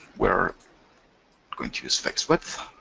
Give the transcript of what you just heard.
we're going to use fixed width.